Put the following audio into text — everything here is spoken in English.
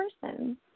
person